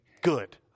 Good